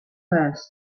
first